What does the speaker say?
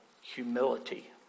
Humility